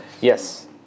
Yes